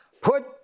Put